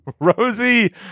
Rosie